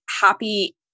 happy